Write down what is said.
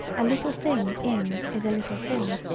a little thing in is a little thing.